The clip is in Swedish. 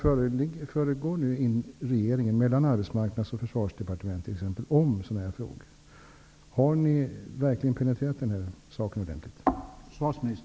Försvarsdepartementen om dessa frågor? Har ni verkligen penetrerat denna fråga ordentligt?